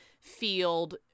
field